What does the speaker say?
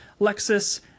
lexus